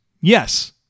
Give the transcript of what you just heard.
Yes